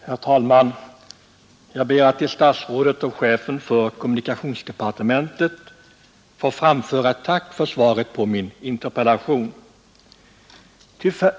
Herr talman! Jag ber att till statsrådet och chefen för kommunikationsdepartementet få framföra ett tack för svaret på min interpellation.